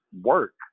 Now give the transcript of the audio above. work